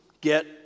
get